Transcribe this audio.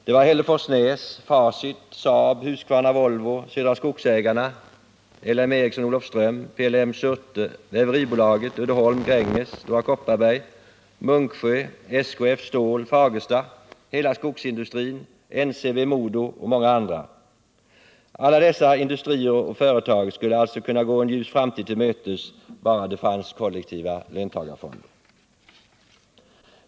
Det var Hälleforsnäs, Facit, Saab, Husqvarna, Volvo, Södra skogsägarna, LME Olofström, PLM Surte, Wäfveribolaget, Uddeholm, Gränges, Stora Kopparberg, Munksjö, SKF Stål, Fagersta, hela skogsindustrin, NCB, MoDo och många andra. Alla dessa industrier och företag skulle alltså kunna gå en ljus framtid till mötes bara det fanns kollektiva löntagarfonder.